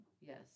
Yes